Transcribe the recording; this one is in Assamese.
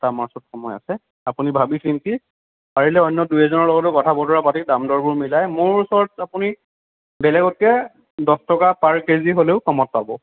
আছে সময় আছে আপুনি ভাবি চিন্তি পাৰিলে অন্য় দুই এজনৰ লগতো কথা বতৰা পাতি দাম দৰবোৰ মিলাই মোৰ ওচৰত আপুনি বেলেগতকৈ দহ টকা পাৰ কেজি হ'লেও কমত পাব